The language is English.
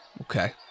Okay